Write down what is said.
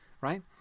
right